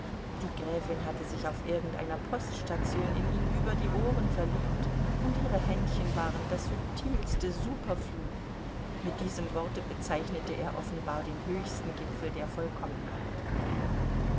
die gräfin hatte sich auf irgendeiner poststation in ihn über die ohren verliebt und ihre händchen waren das subtilste superflu mit diesem worte bezeichnete er offenbar den höchsten gipfel der vollkommenheit